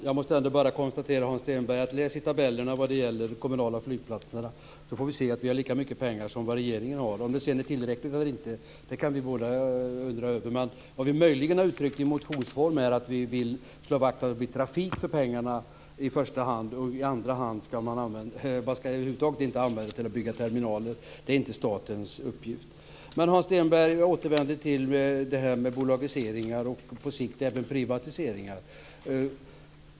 Fru talman! Hans Stenberg, läs i tabellerna vad som sägs om de kommunala flygplatserna! Då får han se att vi har lika mycket pengar som regeringen har till dem. Om det sedan är tillräckligt eller inte kan vi båda undra över. Vad vi möjligen har uttryckt i motionsform är att vi vill slå vakt om att det i första blir trafik för pengarna. Över huvud taget ska pengarna inte användas till att bygga terminaler, för det är inte statens uppgift. Jag återvänder till frågan om bolagiseringar och på sikt även privatiseringar.